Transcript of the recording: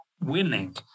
winning